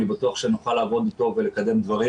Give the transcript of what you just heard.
אני בטוח שנוכל לעבוד איתו לקדם דברים.